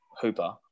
Hooper